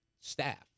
staff